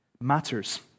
matters